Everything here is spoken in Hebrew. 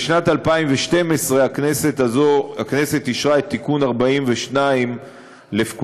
בשנת 2012 הכנסת אישרה את תיקון 42 לפקודת